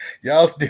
Y'all